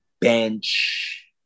Bench